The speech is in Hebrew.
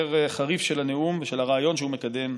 מבקר חריף של הנאום ושל הרעיון שהוא מקדם,